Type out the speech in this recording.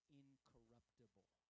incorruptible